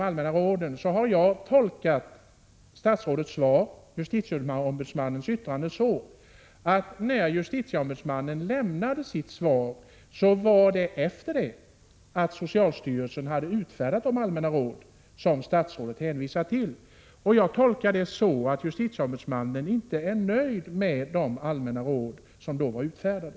Jag har tolkat statsrådets svar angående justitieombudsmannens yttrande om de allmänna råden så, att justitieombudsmannen yttrade sig efter det att socialstyrelsen hade utfärdat de allmänna råd som statsrådet hänvisar till. Detta tolkar jag så, att justitieombudsmannen inte är nöjd med de allmänna råd som då var utfärdade.